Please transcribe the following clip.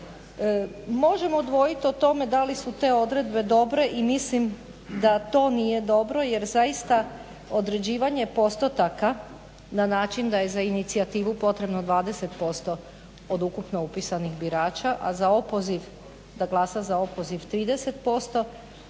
Možemo dvojiti o tome da li su te odredbe dobre i mislim da to nije dobro, jer zaista određivanje postotaka na način da je za inicijativu potrebno 20% od ukupno upisanih birača, a za opoziv, da glasa za opoziv 30%